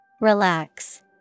Relax